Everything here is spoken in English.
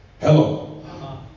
Hello